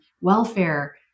welfare